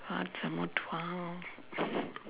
what some more to ask